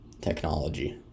technology